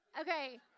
Okay